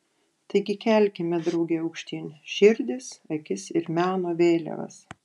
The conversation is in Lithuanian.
taigi kelkime drauge aukštyn širdis akis ir meno vėliavas